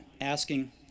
asking